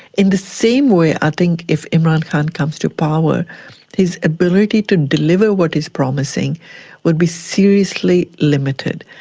in the same way i think if imran khan comes to power his ability to deliver what he's promising would be seriously limited,